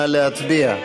נא להצביע.